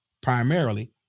primarily